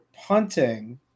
punting